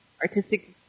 artistic